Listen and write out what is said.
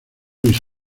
luis